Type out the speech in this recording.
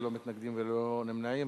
ללא מתנגדים וללא נמנעים,